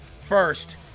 first